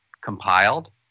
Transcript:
compiled